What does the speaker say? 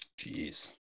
Jeez